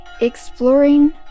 Exploring